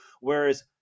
Whereas